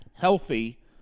healthy